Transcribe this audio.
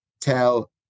tell